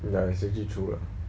ya it's pretty true lah